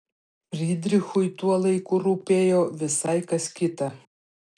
frydrichui tuo laiku rūpėjo visai kas kita